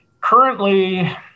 currently